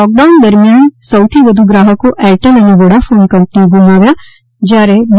લોક down દરમિયાન સૌથી વધુ ગાહકો એર ટેલ અને વોડાફોન કંપનીએ ગુમાવ્યા હતા જયારે બી